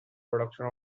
production